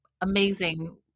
amazing